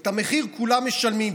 את המחיר כולם משלמים,